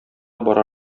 бара